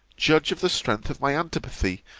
judge of the strength of my antipathy,